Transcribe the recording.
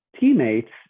teammates